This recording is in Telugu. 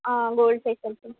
గోల్డ్ ఫేషియల్ చే